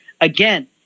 Again